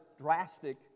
drastic